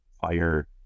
fire